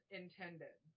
intended